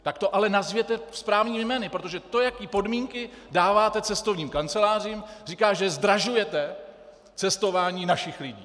Tak to ale nazvěte správnými jmény, protože to, jaké podmínky dáváte cestovním kancelářím, říká, že zdražujete cestování našich lidí.